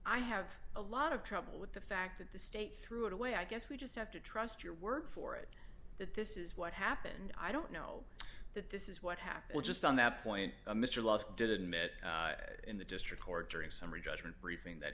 i have a lot of trouble with the fact that the state threw it away i guess we just have to trust your word for it that this is what happened i don't know that this is what happened just on that point mr last did admit in the district court during summary judgment briefing that